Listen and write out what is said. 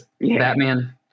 Batman